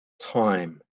time